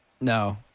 No